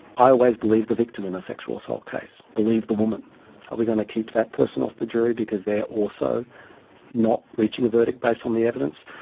i always believe the victim in a sexual assault case. believe the woman. are we going to keep that person off the jury because they're also not reaching a verdict based on the evidence?